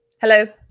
Hello